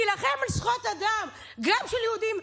תילחם על זכויות אדם גם של יהודים,